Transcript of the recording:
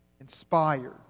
Inspired